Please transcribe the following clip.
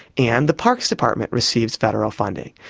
and the parks department receives federal funding.